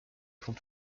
font